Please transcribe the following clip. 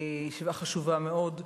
ישיבה חשובה מאוד.